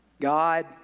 God